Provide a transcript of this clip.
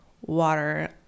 water